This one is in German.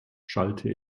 schallte